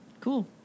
Cool